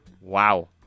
Wow